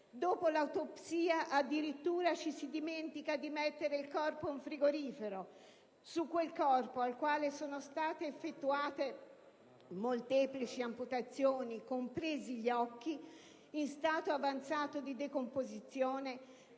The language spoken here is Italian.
dopo l'autopsia, addirittura ci si dimentica di mettere il corpo in frigorifero. Su quel corpo, al quale sono state effettuate molteplici amputazioni, compresi gli occhi, in stato avanzato di decomposizione,